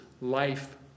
life